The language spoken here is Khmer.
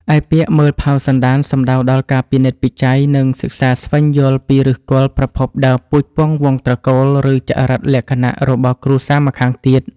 ឯពាក្យ មើលផៅសន្តាន សំដៅដល់ការពិនិត្យពិច័យ និងសិក្សាស្វែងយល់ពី ឫសគល់ ប្រភពដើម ពូជពង្ស វង្សត្រកូល ឬចរិតលក្ខណៈ របស់គ្រួសារម្ខាងទៀត។